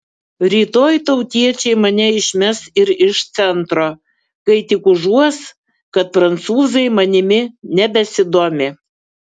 rytoj tautiečiai mane išmes ir iš centro kai tik užuos kad prancūzai manimi nebesidomi